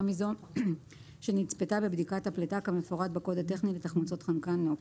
מזו שנצפתה בבדיקת הפליטה כמפורט בקוד הטכני לתחמוצות חנקן (NOX).